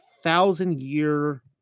thousand-year